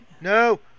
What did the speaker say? No